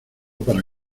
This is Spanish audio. para